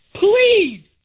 please